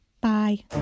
Bye